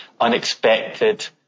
unexpected